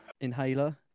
Inhaler